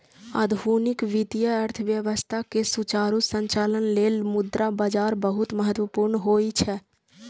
आधुनिक वित्तीय अर्थव्यवस्था के सुचारू संचालन लेल मुद्रा बाजार बहुत महत्वपूर्ण होइ छै